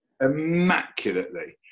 Immaculately